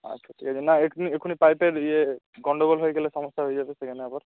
আচ্ছা ঠিক আছে না এখুনি এখুনি পাইপটার ইয়ে গন্ডগোল হয়ে গেলে সমস্যা হয়ে যাবে সেখানে আবার